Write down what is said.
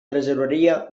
tresoreria